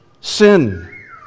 sin